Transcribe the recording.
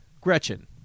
Gretchen